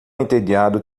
entediado